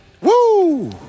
Woo